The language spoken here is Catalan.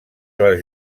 les